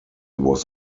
was